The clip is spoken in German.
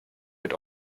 wird